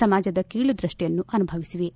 ಸಮಾಜದ ಕೀಳು ದೃಷ್ಠಿಯನ್ನು ಅನುಭವಿಸಿವೆ